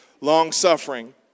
Long-suffering